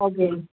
okay